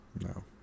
No